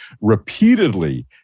repeatedly